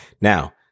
Now